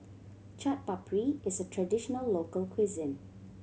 Chaat Papri is a traditional local cuisine